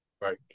Right